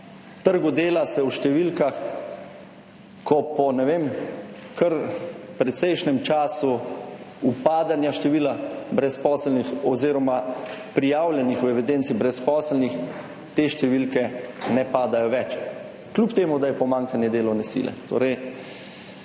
trgu dela se v številkah, ko po, ne vem, kar precejšnjem času upadanja števila brezposelnih oziroma prijavljenih v evidenci brezposelnih te številke ne padajo več, kljub temu, da je pomanjkanje delovne sile.